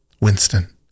Winston